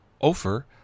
Ofer